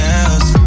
else